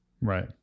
right